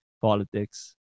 politics